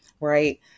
Right